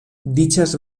dichas